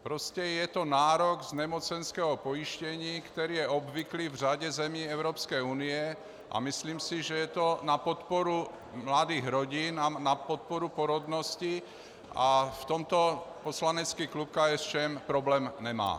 Prostě je to nárok z nemocenského pojištění, který je obvyklý v řadě zemí Evropské unie, a myslím si, že je to na podporu mladých rodin a na podporu porodnosti a v tomto poslanecký klub KSČM problém nemá.